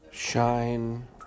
Shine